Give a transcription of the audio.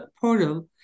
portal